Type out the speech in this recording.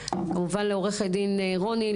כמובן לעורכת דין רוני,